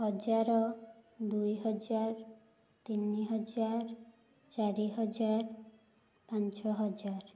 ହଜାର ଦୁଇହଜାର ତିନିହଜାର ଚାରିହଜାର ପାଞ୍ଚହଜାର